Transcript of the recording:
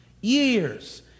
Years